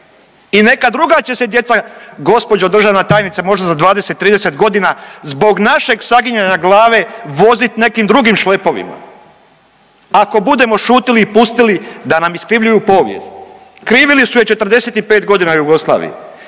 i neka druga će se djeca, gđo državna tajnice, možda za 20, 30 godina zbog našeg saginjanja glave voziti nekim drugim šlepovima. Ako budemo šutili i pustili da nam iskrivljuju povijest. Krivili su je 45 godina u Jugoslaviji.